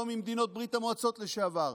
לא ממדינות ברית המועצות לשעבר,